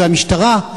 והמשטרה,